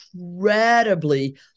incredibly